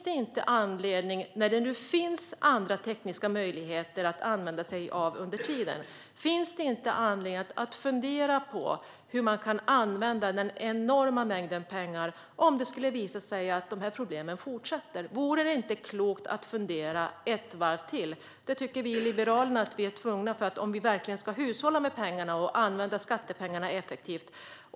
Eftersom det finns andra tekniska möjligheter att använda sig av under tiden, finns det då inte anledning att fundera på hur man kan använda den enorma mängden pengar om det skulle visa sig att problemen fortsätter? Vore det inte klokt att fundera ett varv till? Det tycker vi i Liberalerna att vi är tvungna att göra om vi verkligen ska hushålla med pengarna och använda skattepengarna effektivt.